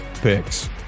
picks